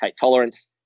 tolerance